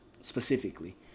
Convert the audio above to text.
specifically